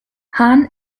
hahn